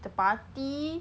kita party